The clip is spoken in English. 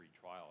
trial